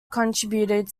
contributed